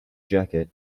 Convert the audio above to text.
jacket